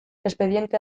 espediente